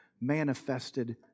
manifested